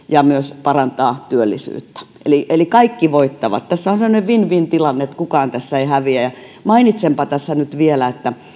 ja myös parantaa työllisyyttä eli eli kaikki voittavat tässä on semmoinen win win tilanne että kukaan ei tässä häviä mainitsenpa tässä nyt vielä että kun